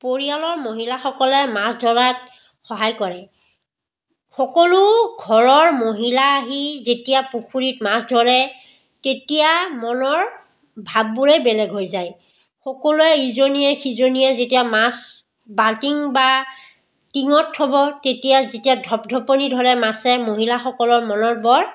পৰিয়ালৰ মহিলাসকলে মাছ ধৰাত সহায় কৰে সকলো ঘৰৰ মহিলা আহি যেতিয়া পুখুৰীত মাছ ধৰে তেতিয়া মনৰ ভাৱবোৰেই বেলেগ হৈ যায় সকলোৱে ইজনীয়ে সিজনীয়ে যেতিয়া মাছ বাল্টিং বা টিঙত থ'ব তেতিয়া যেতিয়া ধপধপনি ধৰে মাছে মহিলাসকলৰ মনত বৰ